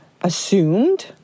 assumed